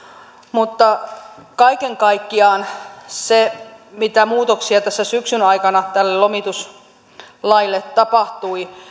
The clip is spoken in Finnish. mutta kaiken kaikkiaan siitä mitä muutoksia tässä syksyn aikana tälle lomituslaille tapahtui